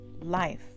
life